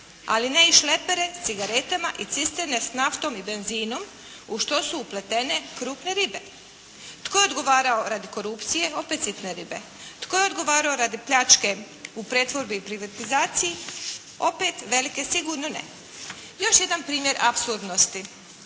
Ali ne i šlepere sa cigaretama i cisterne s naftom i benzinom u što su upletene krupne ribe. Tko je odgovarao radi korupcije? Opet sitne ribe. Tko je odgovarao radi pljačke u pretvorbi i privatizaciji? Opet velike sigurno ne. Još jedan primjer apsurdnosti.